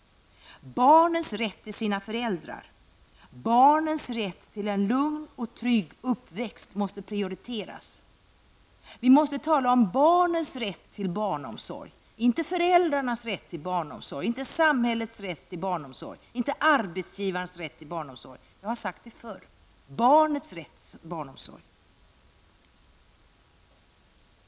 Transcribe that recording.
Barnens rätt till sina föräldrar, barnens rätt till en lugn och trygg uppväxt måste prioriteras. Vi måste tala om barnens rätt till barnomsorg, inte föräldrarnas rätt till barnomsorg, inte samhällets och arbetsgivarens rätt till barnomsorg. Jag har sagt det tidigare. Det gäller barnens rätt till barnomsorg.